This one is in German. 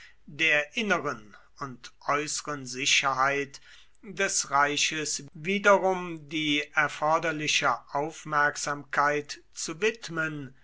der inneren und äußeren sicherheit des reiches wiederum die erforderliche aufmerksamkeit zu widmen